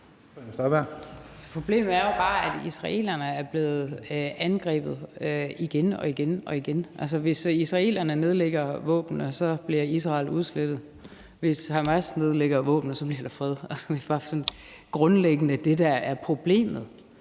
Problemet er jo bare, at israelerne er blevet angrebet igen og igen. Hvis israelerne nedlægger våbnene, bliver Israel udslettet. Hvis Hamas nedlægger våbnene, bliver der fred. Det er bare sådan grundlæggende det, der er problemet,